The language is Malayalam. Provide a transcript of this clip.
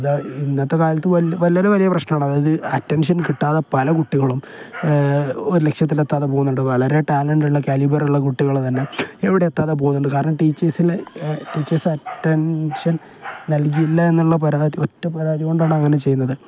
അ ഇന്നത്തെ കാലത്ത് വല്ലരെ വലിയ പ്രശ്നമാണ് അതായത് അറ്റൻഷൻ കിട്ടാതെ പല കുട്ടികളും ഒരു ലക്ഷ്യത്തിലെത്താതെ പോകുന്നുണ്ട് വളരെ ടാലൻ്റുള്ള കാലിബറുള്ള കുട്ടികൾ തന്നെ എവിടെ എത്താതെ പോകുന്നുണ്ട് കാരണം ടീച്ചേഴ്സിലെ ടീച്ചേഴ്സ് അറ്റൻഷൻ നൽകിയില്ല എന്നുള്ള പരാതി ഒറ്റ പരാതി കൊണ്ടാണ് അങ്ങനെ ചെയ്യുന്നത്